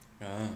(uh huh)